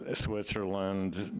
ah switzerland,